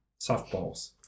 softballs